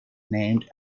named